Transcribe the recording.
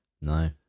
No